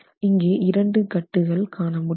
இங்கே இரண்டு கட்டுகள் காணமுடிகிறது